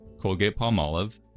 Colgate-Palmolive